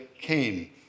came